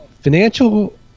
financial